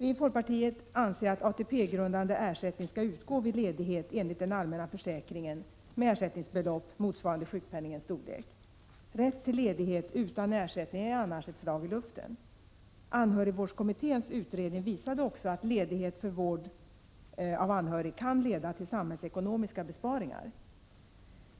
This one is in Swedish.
Vi i folkpartiet anser att ATP-grundande ersättning skall utgå vid ledighet enligt den allmänna försäkringen med ersättningsbelopp motsvarande sjukpenningens storlek. Rätt till ledighet utan ersättning är annars ett slag i luften. Anhörigvårdskommitténs utredning visade också att ledighet för vård av anhörig kan leda till samhällsekonomiska besparingar.